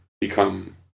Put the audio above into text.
become